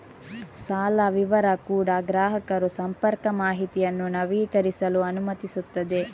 ಸಾಲ ವಿವರ ಕೂಡಾ ಗ್ರಾಹಕರು ಸಂಪರ್ಕ ಮಾಹಿತಿಯನ್ನು ನವೀಕರಿಸಲು ಅನುಮತಿಸುತ್ತದೆ